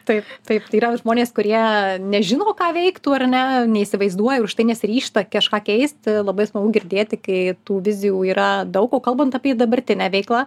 taip taip tai yra žmonės kurie nežino ką veiktų ar ne neįsivaizduoja užtai nesiryžta kažką keisti labai smagu girdėti kai tų vizijų yra daug o kalbant apie dabartinę veiklą